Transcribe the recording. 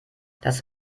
das